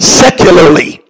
secularly